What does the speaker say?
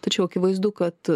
tačiau akivaizdu kad